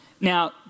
Now